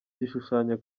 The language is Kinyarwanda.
gishushanyo